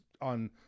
on